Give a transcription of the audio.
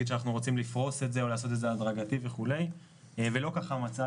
שאנחנו רוצים לפרוס את זה או לעשות את זה הדרגתי וכולי אבל לא כך המצב